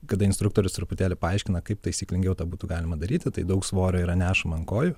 kada instruktorius truputėlį paaiškina kaip taisyklingiau tą būtų galima daryti tai daug svorio yra nešama ant kojų